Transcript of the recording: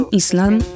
islam